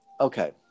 okay